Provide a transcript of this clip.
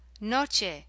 Noche